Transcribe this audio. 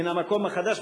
מהמקום החדש,